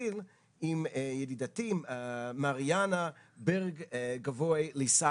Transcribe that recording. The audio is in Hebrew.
להתחיל עם ידידתי מריאנה ברגובוי-ליססו,